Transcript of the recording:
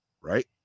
right